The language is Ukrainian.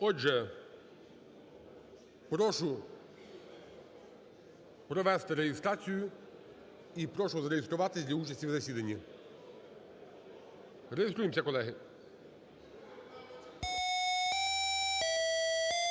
Отже, прошу провести реєстрацію і прошу зареєструватися для участі в засіданні. Реєструємося, колеги. 10:03:40